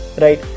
Right